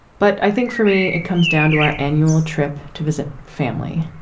but i think for me it comes down to our annual trip to visit family.